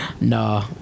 No